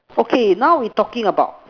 okay now we talking about